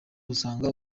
usanga